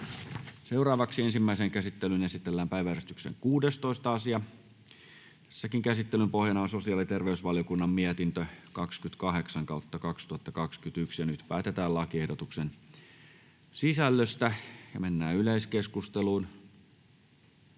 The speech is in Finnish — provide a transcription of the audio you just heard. Ensimmäiseen käsittelyyn esitellään päiväjärjestyksen 14. asia. Käsittelyn pohjana on sosiaali- ja terveysvaliokunnan mietintö StVM 29/2021 vp. Nyt päätetään lakiehdotuksen sisällöstä. Ja mennään yleiskeskusteluun,